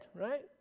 right